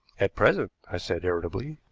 at present, i said irritably.